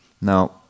Now